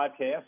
podcast